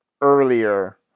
earlier